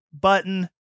button